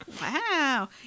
wow